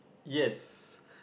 yes